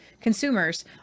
consumers